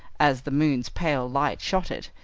as the moon's pale light shot it,